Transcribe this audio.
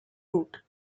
route